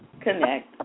connect